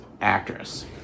actress